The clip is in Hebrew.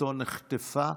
גופתו נחטפה.